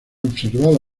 observado